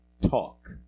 talk